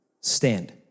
stand